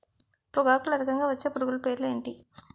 పొగాకులో అధికంగా వచ్చే పురుగుల పేర్లు ఏంటి